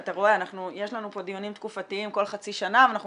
כי אתה רואה יש לנו פה דיונים תקופתיים כל חצי שנה ואנחנו